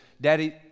Daddy